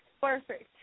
perfect